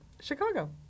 Chicago